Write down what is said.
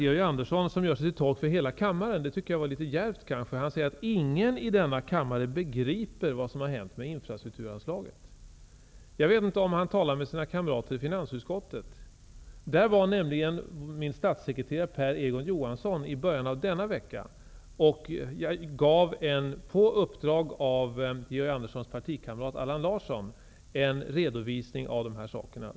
Georg Andersson gör sig till tolk för hela kammaren och säger att ingen i denna kammare begriper vad som har hänt med infrastrukturanslaget -- i och för sig litet djärvt kanske. Jag vet inte om han har talat med sina kamrater i finansutskottet. På uppdrag av Georg Anderssons partikamrat Allan Larsson gav min statssekreterare Per Egon Johansson i början av denna vecka en redovisning av det här i finansutskottet.